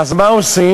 אז מה עושים?